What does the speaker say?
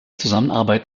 zusammenarbeit